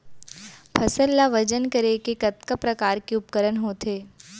फसल ला वजन करे के कतका प्रकार के उपकरण होथे?